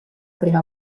prima